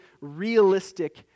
realistic